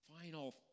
final